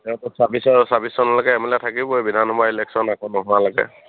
ছাব্বিছ ছাব্বিছচনলৈকে M L থাকিবই বিধান সভা ইলেকশ্যন আকৌ নোহোৱালৈকে